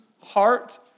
heart